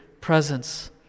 presence